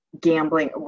gambling